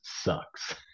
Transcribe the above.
sucks